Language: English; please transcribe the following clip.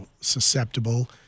susceptible